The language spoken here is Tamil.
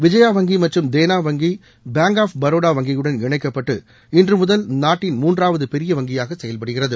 விஜயா வங்கி மற்றும் தேனா வங்கி பேங்க் ஆஃப் பரோடா வங்கியுடன் இணைக்கப்பட்டு இன்று முதல் நாட்டின் மூன்றாவது பெரிய வங்கியாக செயல்படுகிறது